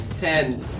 Ten